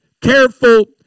careful